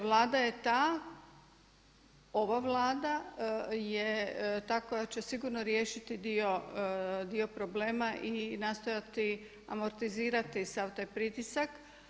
Vlada je ta, ova Vlada je ta koja će sigurno riješiti dio problema i nastojati amortizirati sav taj pritisak.